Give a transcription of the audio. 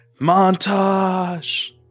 Montage